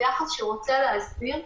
יחס שרוצה להסביר.